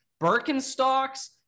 Birkenstocks